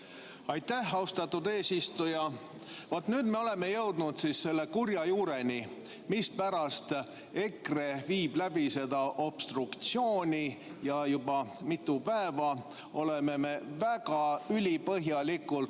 Aitäh, austatud eesistuja! Vaat nüüd me oleme jõudnud selle kurja juureni, mispärast EKRE viib läbi seda obstruktsiooni. Juba mitu päeva oleme me ülipõhjalikult